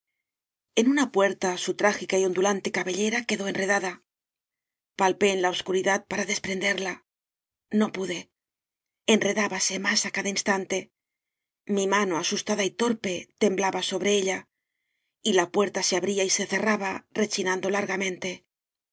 en una puerta su trágica y ondulan te cabellera quedó enredada palpé en la obs curidad para desprenderla no pude enre dábase más á cada instante mi mano asus tada y torpe temblaba sobre ella y la puerta se abría y se cerraba rechinando largamen